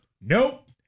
Nope